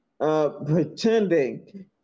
pretending